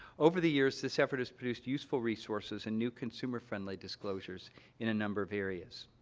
over the years, this effort has produced useful resources and new, consumer-friendly disclosures in a number of areas.